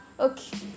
okay